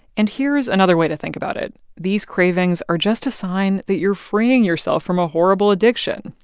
and here is another way to think about it. these cravings are just a sign that you're freeing yourself from a horrible addiction.